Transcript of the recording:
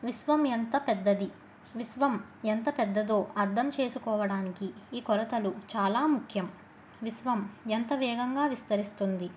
విశ్వం ఎంత పెద్దది విశ్వం ఎంత పెద్దదో అర్థం చేసుకోవడానికి ఈ కొలతలు చాలా ముఖ్యం విశ్వం ఎంత వేగంగా విస్తరిస్తుంది